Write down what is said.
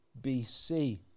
BC